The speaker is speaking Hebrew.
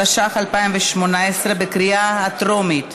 התשע"ח 2018,